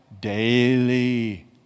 daily